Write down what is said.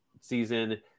season